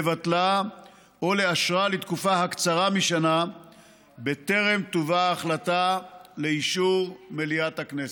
לבטלה או לאשרה לתקופה הקצרה משנה בטרם תובא ההחלטה לאישור מליאת הכנסת.